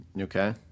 Okay